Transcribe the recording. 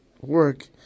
work